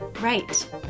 Right